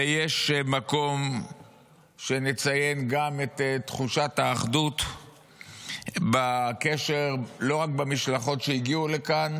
ויש מקום שנציין גם את תחושת האחדות והקשר לא רק במשלחות שהגיעו לכאן,